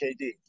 KD